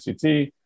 CT